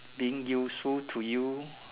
being useful to you